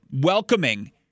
welcoming